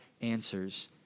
answers